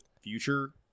future